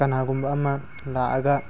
ꯀꯅꯥꯒꯨꯝꯕ ꯑꯃ ꯂꯥꯛꯑꯒ